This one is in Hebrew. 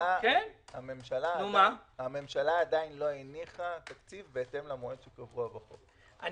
הממשלה עדיין לא הניחה תקציב בהתאם למועד שקבוע בחוק.